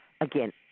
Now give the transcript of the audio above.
Again